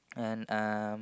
and um